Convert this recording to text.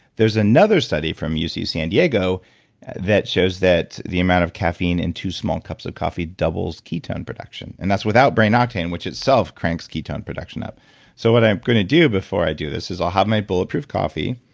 there's another study from uc san diego that shows that the amount of caffeine in two small cups of coffee doubles ketone production. and that's without brain octane which itself cranks ketone production up so what i'm going to do before i do this is i'll have my bulletproof coffee.